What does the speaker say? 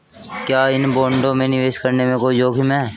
क्या इन बॉन्डों में निवेश करने में कोई जोखिम है?